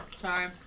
Sorry